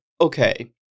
Okay